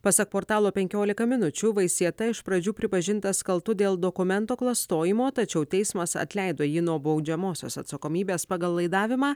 pasak portalo penkiolika minučių vaisieta iš pradžių pripažintas kaltu dėl dokumento klastojimo tačiau teismas atleido jį nuo baudžiamosios atsakomybės pagal laidavimą